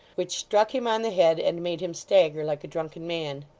which struck him on the head, and made him stagger like a drunken man.